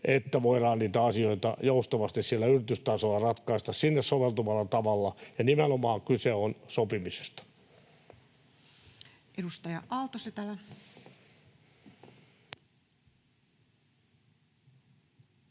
että voidaan niitä asioita joustavasti siellä yritystasolla ratkaista sinne soveltuvalla tavalla, ja nimenomaan kyse on sopimisesta. Edustaja Aalto-Setälä. Arvoisa